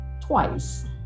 twice